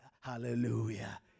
Hallelujah